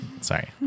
Sorry